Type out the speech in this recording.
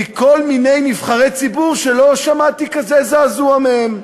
מכל מיני נבחרי ציבור, שלא שמעתי כזה זעזוע מהם.